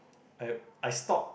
at I stopped